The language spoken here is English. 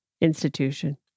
institution